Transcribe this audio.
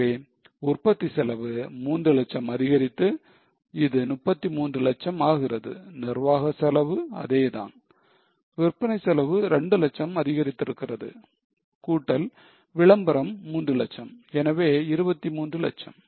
எனவே உற்பத்தி செலவு 300000 அதிகரித்து இது 33 லட்சம் ஆகிறது நிர்வாக செலவு அதேதான் விற்பனை செலவு 2 லட்சம் அதிகரித்திருக்கிறது கூட்டல் விளம்பரம் 3 லட்சம் எனவே 23 லட்சம்